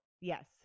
Yes